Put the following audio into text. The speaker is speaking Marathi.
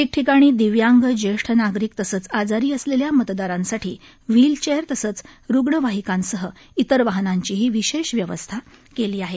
ठिकठिकाणी दिव्यांग ज्येष्ठ नागरिक तसंच आजारी असलेल्या मतदारांसाठी व्हिलचेअर तसंच रुग्णवाहिकांसह इतर वाहनांचीही विशेष व्यवस्था केली आहे